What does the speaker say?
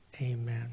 Amen